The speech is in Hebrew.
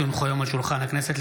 כי הונחו היום על שולחן הכנסת,